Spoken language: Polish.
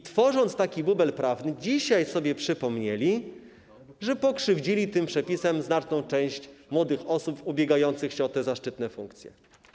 Stworzyli taki bubel prawny i dzisiaj sobie przypomnieli, że skrzywdzili tym przepisem znaczną część młodych osób ubiegających się o te zaszczytne funkcje.